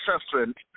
assessment